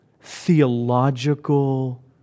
theological